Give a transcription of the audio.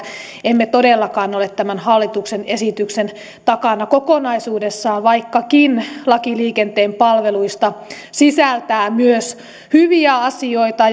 emme todellakaan ole tämän hallituksen esityksen takana kokonaisuudessaan vaikkakin laki liikenteen palveluista sisältää myös hyviä asioita